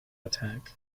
attack